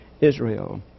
Israel